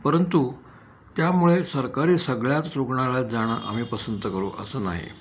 परंतु त्यामुळे सरकारी सगळ्याच रुग्णालयात जाणं आम्ही पसंत करू असं नाही